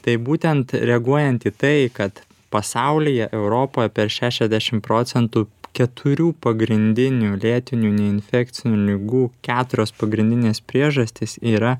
tai būtent reaguojant į tai kad pasaulyje europoj per šešiasdešim procentų keturių pagrindinių lėtinių neinfekcinių ligų keturios pagrindinės priežastys yra